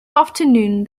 afternoon